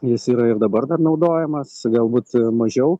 jis yra ir dabar dar naudojamas galbūt mažiau